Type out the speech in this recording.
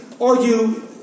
argue